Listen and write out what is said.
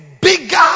bigger